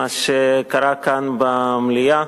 מה שקרה כאן במליאה.